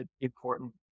important